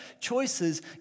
choices